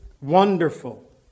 wonderful